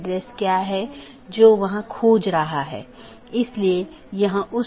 BGP पड़ोसी या BGP speaker की एक जोड़ी एक दूसरे से राउटिंग सूचना आदान प्रदान करते हैं